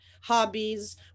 hobbies